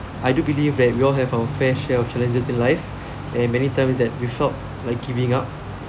I do believe that we all have our fair share of challenges in life and many times that we felt like giving up